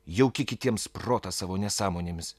jauki kitiems protą savo nesąmonėmis